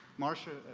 marcia